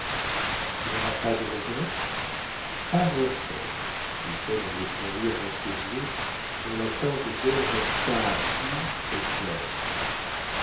tu n'auras pas de regret pas un seul dit-elle en laissant lire dans ses yeux dont la teinte d'or resta pure et